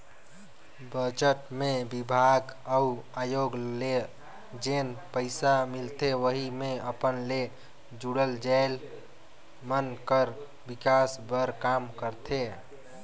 budget मे बिभाग अउ आयोग ल जेन पइसा मिलथे वहीं मे अपन ले जुड़ल जाएत मन कर बिकास बर काम करथे